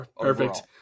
Perfect